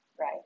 right